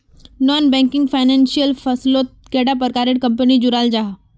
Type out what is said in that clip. Non banking financial फसलोत कैडा प्रकारेर कंपनी जुराल जाहा?